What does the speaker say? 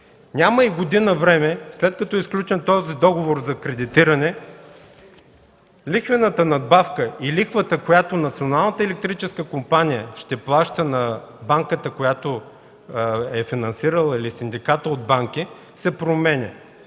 Няма и година време, след като е сключен този договор за кредитиране, лихвената надбавка и лихвата, която Националната електрическа компания ще плаща на банката, която я е финансирала, или синдиката от банки, се променя.